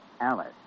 Alice